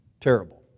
terrible